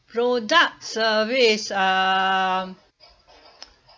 product service um